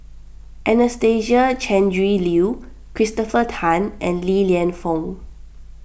Anastasia Tjendri Liew Christopher Tan and Li Lienfung